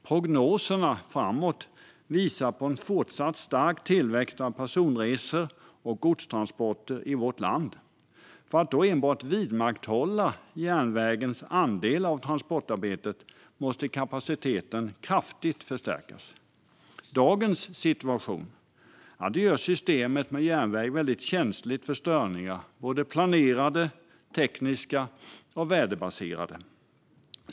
Prognoserna visar på en fortsatt stark tillväxt av personresor och godstransporter i vårt land. För att då enbart vidmakthålla järnvägens andel av transportarbetet måste kapaciteten kraftigt förstärkas. Dagens situation gör järnvägssystemet mycket känsligt för störningar, såväl planerade som tekniska och väderbaserade.